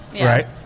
Right